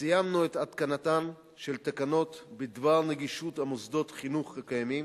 סיימנו את התקנתן של תקנות בדבר נגישות מוסדות חינוך קיימים,